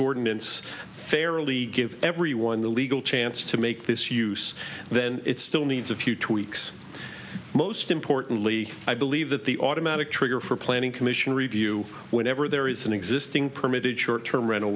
ordinance fairly give everyone the legal chance to make this use then it still needs a few tweaks most importantly i believe that the automatic trigger for planning commission review whenever there is an existing permitted short term rental